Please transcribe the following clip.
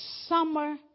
summer